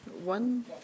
One